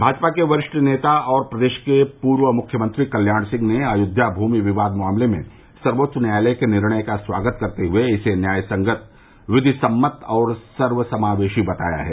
भाजपा के वरिष्ठ नेता और प्रदेश के पूर्व मुख्यमंत्री कल्याण सिंह ने अयोध्या भूमि विवाद मामले में सर्वेच्च न्यायालय के निर्णय का स्वागत करते हुए इसे न्याय संवत विधि संवत और सर्व समावेशी बताया है